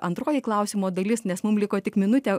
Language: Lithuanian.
antroji klausimo dalis nes mum liko tik minutė